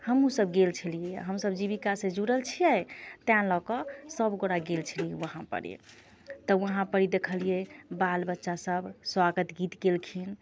हमहुँ सभ गेल छेलियै हम सभ जीविका से जुड़ल छियै तैँ लकऽ सभ गोटा गेल छेलियै वहाँ परि तऽ वहाँ परी देखलियै बाल बच्चा सभ स्वागत गीत गेलखिन